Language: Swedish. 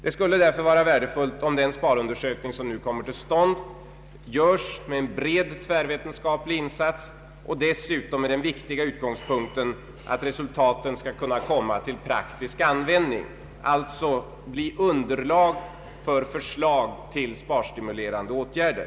Det skulle därför vara värdefullt, om den sparundersökning som nu kommer till stånd görs med en bred tvärvetenskaplig insats och dessutom med den viktiga utgångspunkten att resultaten skall kunna komma till praktisk användning, alltså bilda underlag till förslag om sparstimulerande åtgärder.